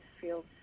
feel